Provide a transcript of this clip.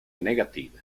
negative